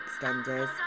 extenders